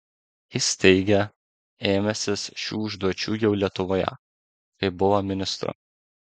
jis teigė ėmęsis šių užduočių jau lietuvoje kai buvo ministru